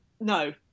no